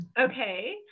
Okay